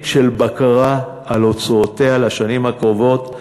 של בקרה על הוצאותיה לשנים הקרובות,